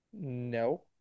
No